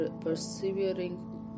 persevering